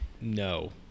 No